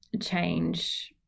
change